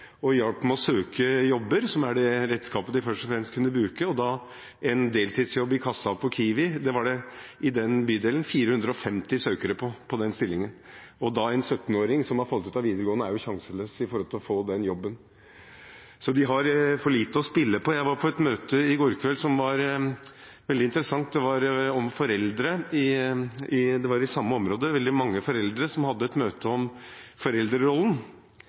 og hjalp ham med å søke jobber, som var det redskapet de først og fremst kunne bruke. Til en deltidsjobb i kassa på Kiwi i den bydelen var det 450 søkere. En 17-åring som har falt ut av videregående er sjanseløs for å få den jobben. Så de har for lite å spille på. Jeg var på et veldig interessant møte i går kveld i samme område. Veldig mange foreldre hadde møtt fram for å snakke om foreldrerollen og hvilke forventninger samfunnet har til dem som innvandrerforeldre, om hvordan de skal ta seg av ungene sine her i Norge. Et